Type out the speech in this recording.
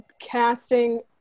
casting